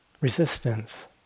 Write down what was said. Resistance